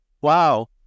Wow